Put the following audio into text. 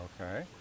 Okay